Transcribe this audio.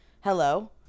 Hello